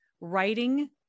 writing